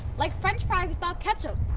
like french fries without ketchup,